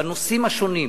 בנושאים השונים.